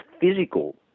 physical